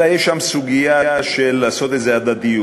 אלא שיש שם סוגיה של לעשות איזו הדדיות